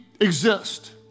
exist